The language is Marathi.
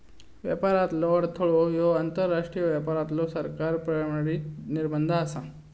व्यापारातलो अडथळो ह्यो आंतरराष्ट्रीय व्यापारावरलो सरकार प्रेरित निर्बंध आसा